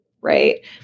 right